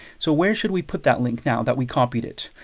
so where should we put that link now that we copied it?